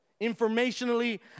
Informationally